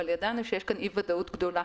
אבל ידענו שיש כאן אי ודאות גדולה,